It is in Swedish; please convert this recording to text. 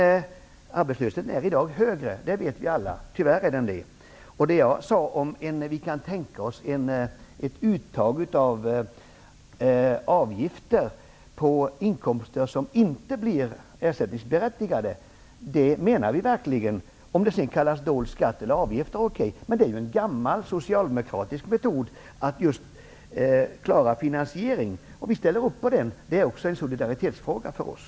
Men arbetslösheten är i dag högre, det vet vi alla. Tyvärr är den högre än så. Jag sade att vi kan tänka oss ett uttag av avgifter på inkomster som inte blir ersättningsberättigade, och det menar vi verkligen. Om detta sedan kallas en dold skatt eller en avgift är väl okej. Det är ju en gammal socialdemokratisk metod för att klara av finansiering, och vi ställer upp på den. Det är också en solidaritetsfråga för oss.